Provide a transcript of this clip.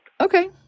Okay